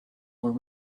were